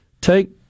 take